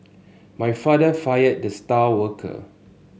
my father fired the star worker